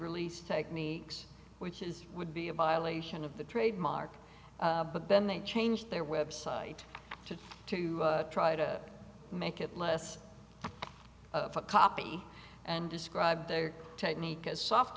release techniques which is would be a violation of the trademark but then they changed their website to to try to make it less of a copy and describe their technique as soft